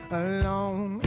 alone